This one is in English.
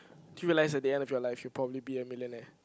till you realized the end of your life you probably be a millionaire